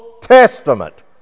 Testament